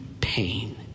pain